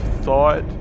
thought